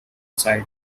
side